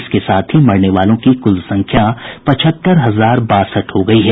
इसके साथ ही मरने वालों की कुल संख्या पचहत्तर हजार बासठ हो गई है